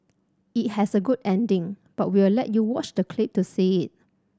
it has a good ending but we'll let you watch the clip to see it